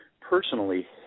personally